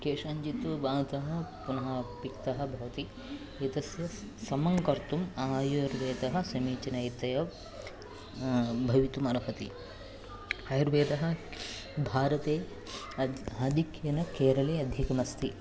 केषाञ्चित्तु बाधः पुनः पित्तः भवति एतस्य समं कर्तुम् आयुर्वेदः समीचीनतया भवितुम् अर्हति आयुर्वेदः भारते आधिक्येन केरले अधिकम् अस्ति